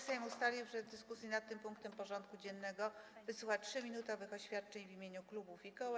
Sejm ustalił, że w dyskusji nad tym punktem porządku dziennego wysłucha 3-minutowych oświadczeń w imieniu klubów i koła.